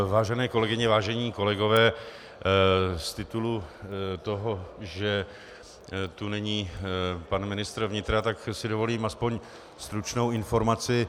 Vážené kolegyně, vážení kolegové, z titulu toho, že tu není pan ministr vnitra, si dovolím aspoň stručnou informaci.